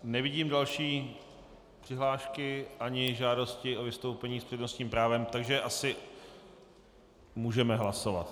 Nevidím další přihlášky ani žádosti o vystoupení s přednostním právem, takže asi můžeme hlasovat.